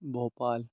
Bhopal